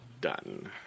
done